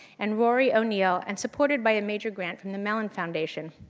and rory o'neill and supported by a major grant from the mellon foundation.